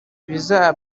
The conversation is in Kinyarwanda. bizaba